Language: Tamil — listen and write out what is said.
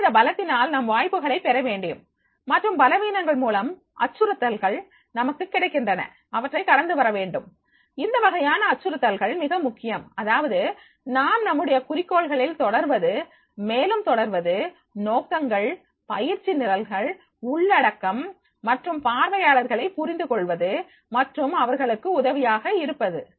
மற்றும் இந்த பலத்தினால் நாம் வாய்ப்புகளை பெறவேண்டும் மற்றும் பலவீனங்கள் மூலம் அச்சுறுத்தல்கள் நமக்கு கிடைக்கின்றன இவற்றை கடந்து வரவேண்டும் இந்த வகையான அச்சுறுத்தல்கள் மிக முக்கியம் அதாவது நாம் நம்முடைய குறிக்கோள்களில் தொடர்வது மேலும் தொடர்வது நோக்கங்கள் பயிற்சி நிரல்கள் உள்ளடக்கம் மற்றும் பார்வையாளர்களை புரிந்து கொள்வது மற்றும் அவர்களுக்கு உதவியாக இருப்பது